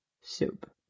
soup